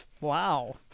Wow